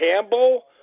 Campbell